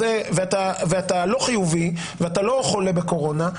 ואתה לא חיובי ואתה לא חולה בקורונה,